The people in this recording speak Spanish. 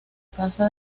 casa